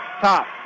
top